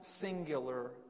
singular